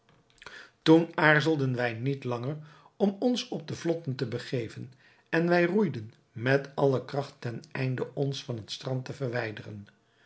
toen aarzelden wij niet langer om ons op de vlotten te begeven en wij roeiden met alle kracht ten einde ons van het strand te verwijderen